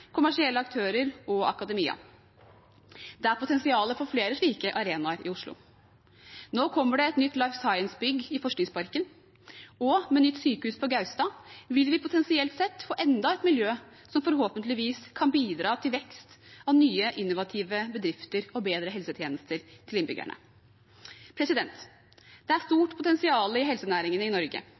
kommersielle aktører og akademia. Det er potensial for flere slike arenaer i Oslo. Nå kommer det et nytt Life Science-bygg i Forskningsparken, og med nytt sykehus på Gaustad vil vi potensielt få enda et miljø som forhåpentligvis kan bidra til vekst, nye innovative bedrifter og bedre helsetjenester til innbyggerne. Det er stort potensial i helsenæringen i Norge.